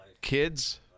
kids